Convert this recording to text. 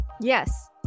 Yes